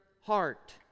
heart